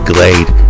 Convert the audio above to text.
Glade